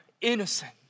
innocent